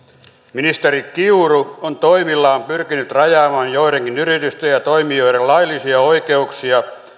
ministeri kiuru on toimillaan pyrkinyt rajaamaan joidenkin yritysten ja toimijoiden laillisia oikeuksia